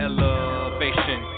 Elevation